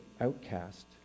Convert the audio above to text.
outcast